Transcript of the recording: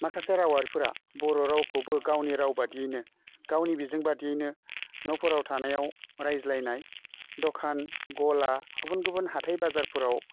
माखासे रावआरिफोरा बर' रावखौबो गावनि राव बायदियैनो गावनि बिजों बायदियैनो न'फोराव थानायाव राज्लायनाय दखान गला गुबुन गुबुन हाथाइ बाजारफ्राव